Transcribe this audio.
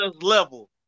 level